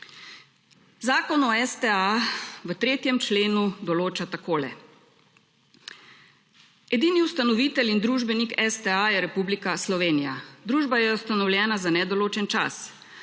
Zakon o STA v 3. členu določa tako. Edini ustanovitelj in družbenih STA je Republika Slovenija. Družba je ustanovljena za nedoločen čas,